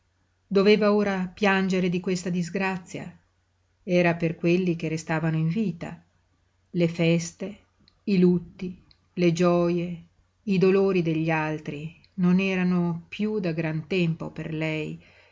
doveva ora piangere di questa disgrazia era per quelli che restavano in vita le feste i lutti le gioje i dolori degli altri non erano piú da gran tempo per lei